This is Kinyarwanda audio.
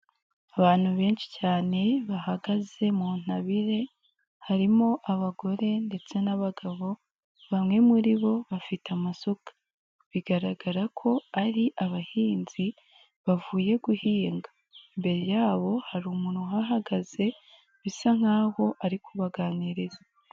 Abantu benshi cyane bahagaze mu ntabire, harimo abagore ndetse n'abagabo bamwe muri bo bafite amasuka, bigaragara ko ari abahinzi bavuye guhinga, imbere yabo hari umuntu uhahagaze bisa nk'aho ari kubaganiriza.